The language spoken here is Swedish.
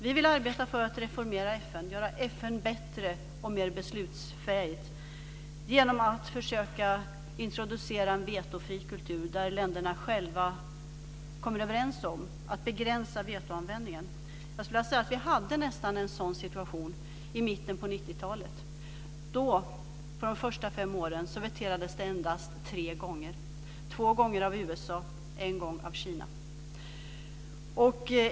Vi vill arbeta för att reformera FN och göra FN bättre och mer beslutsfäigt genom att försöka introducera en vetofri kultur där länderna själva kommer överens om att begränsa vetoanvändningen. Jag skulle vilja säga att vi nästan hade en sådan situation i mitten av 90-talet. Under de första fem åren av 90-talet lade något land in sitt veto endast tre gånger, två gånger av USA och en gång av Kina.